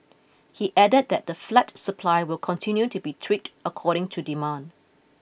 he added that the flat supply will continue to be tweaked according to demand